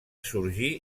sorgir